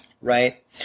right